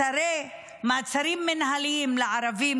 מעצרים מינהליים לערבים,